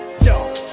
Yo